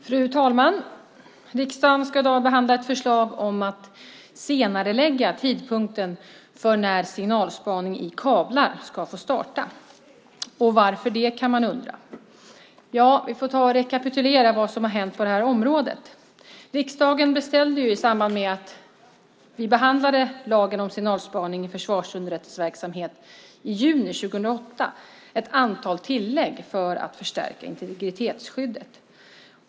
Fru talman! Riksdagen ska i dag behandla ett förslag om att senarelägga tidpunkten för när signalspaning i kablar ska få starta. Varför det, kan man undra. Vi får rekapitulera vad som har hänt på området. Riksdagen beställde i samband med att vi behandlade lagen om signalspaning i försvarsunderrättelseverksamhet i juni 2008 ett antal tillägg för att förstärka integritetsskyddet.